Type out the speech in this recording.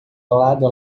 lado